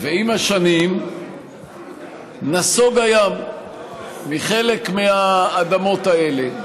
ועם השנים נסוג הים מחלק מהאדמות האלה,